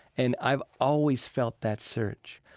and i've always felt that surge.